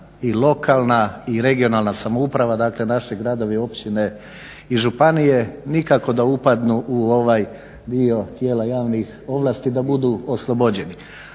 i lokalna i regionalna samouprava, dakle naši gradovi i općine i županije nikako da upadnu u ovaj dio tijela javnih ovlasti da budu oslobođeni